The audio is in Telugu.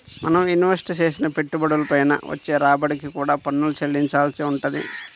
మనం ఇన్వెస్ట్ చేసిన పెట్టుబడుల పైన వచ్చే రాబడికి కూడా పన్నులు చెల్లించాల్సి వుంటది